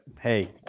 Hey